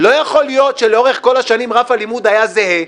לא יכול להיות שלאורך כל השנים רף הלימוד היה זהה,